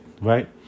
right